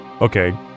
Okay